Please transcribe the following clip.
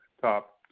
top